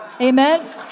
Amen